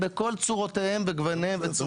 בכל וועדה מחוזית תהיינה מיני ועדות,